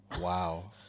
Wow